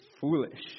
foolish